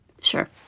Sure